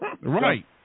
Right